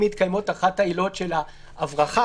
אם מתקיימות אחת העילות: הברחה,